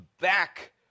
back